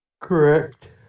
Correct